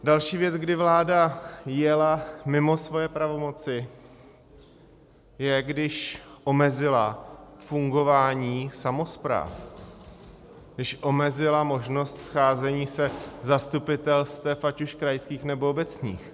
Další věc, kdy vláda jela mimo svoje pravomoci, je, když omezila fungování samospráv, když omezila možnost scházení se zastupitelstev, ať už krajských, nebo obecních.